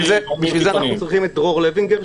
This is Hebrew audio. בשביל זה אנחנו צריכים את דרור לווינגר.